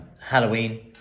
Halloween